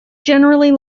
generally